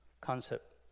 concept